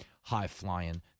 high-flying